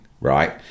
right